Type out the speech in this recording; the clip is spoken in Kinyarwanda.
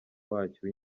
wacyo